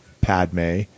Padme